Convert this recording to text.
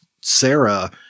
Sarah